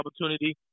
opportunity